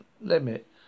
limit